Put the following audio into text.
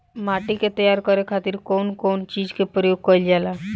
माटी के तैयार करे खातिर कउन कउन चीज के प्रयोग कइल जाला?